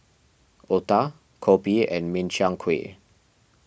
Otah Kopi and Min Chiang Kueh